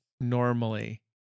normally